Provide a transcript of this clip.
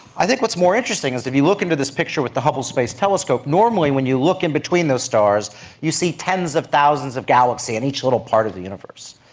i think what's more interesting is if you look into this picture with the hubble space telescope, normally when you look in between those stars you see tens of thousands of galaxies in each little part of the universe.